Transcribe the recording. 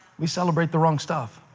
we celebrate the wrong stuff.